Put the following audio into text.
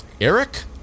Eric